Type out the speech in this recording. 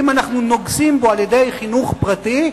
ואם אנחנו נוגסים בו על-ידי חינוך פרטי,